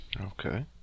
Okay